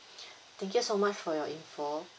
thank you so much for your information